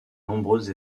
nombreuses